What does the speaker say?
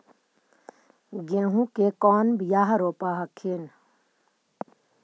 गेहूं के कौन बियाह रोप हखिन?